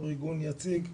אנחנו ארגון יציג,